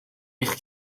eich